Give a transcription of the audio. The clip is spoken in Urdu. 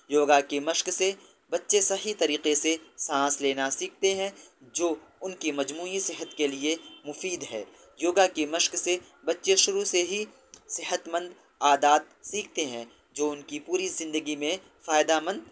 یوگا کی مشق سے بچے صحیح طریقے سے سانس لینا سیکھتے ہیں جو ان کی مجموعی صحت کے لیے مفید ہے یوگا کی مشق سے بچے شروع سے ہی صحت مند عادات سیکھتے ہیں جو ان کی پوری زندگی میں فائدہ مند